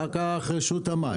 אחר כך רשות המים,